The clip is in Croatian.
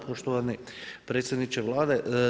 Poštovani predsjedniče Vlade.